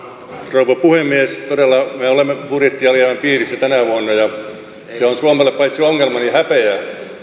rouva puhemies todella me olemme budjettialijäämän piirissä tänä vuonna ja se on suomelle paitsi ongelma myös häpeä ja